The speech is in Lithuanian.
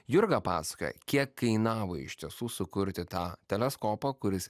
jurga pasakoja kiek kainavo iš tiesų sukurti tą teleskopą kuris